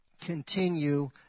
Continue